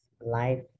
life